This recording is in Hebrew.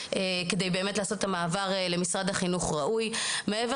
והכלכלי כדי לעשות מעבר ראוי למשרד החינוך.